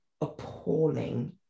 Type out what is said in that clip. appalling